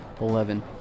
Eleven